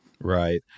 Right